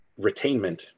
Retainment